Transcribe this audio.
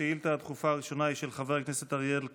השאילתה הדחופה הראשונה היא של חבר הכנסת אריאל קלנר,